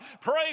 Pray